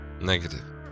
Negative